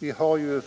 sådan skattehöjning.